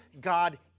God